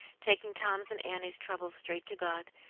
taking tom's and annie's trouble straight to god,